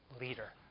leader